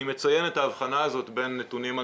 אני מציין את ההבחנה הזאת בין נתונים על